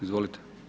Izvolite.